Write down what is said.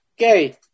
Okay